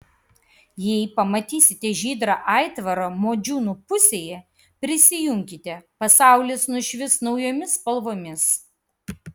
jei pamatysite žydrą aitvarą modžiūnų pusėje prisijunkite pasaulis nušvis naujomis spalvomis